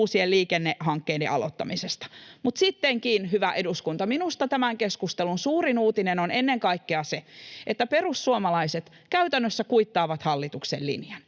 uusien liikennehankkeiden aloittamisesta. Mutta sittenkin, hyvä eduskunta, minusta tämän keskustelun suurin uutinen on ennen kaikkea se, että perussuomalaiset käytännössä kuittaavat hallituksen linjan.